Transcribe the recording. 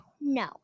No